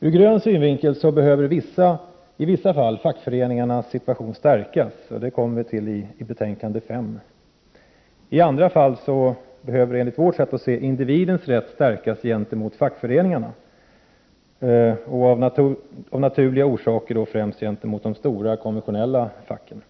Ur grön synvinkel behöver i vissa fall fackföreningarnas ställning stärkas — det kommer vi till vid behandlingen av arbetsmarknadsutskottets betänkande 5. I andra fall behöver, enligt vårt sätt att se, individens ställning gentemot fackföreningarna stärkas, av naturliga orsaker främst gentemot de stora, konventionella fackföreningarna.